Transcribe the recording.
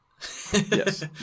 Yes